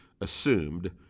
assumed